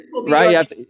right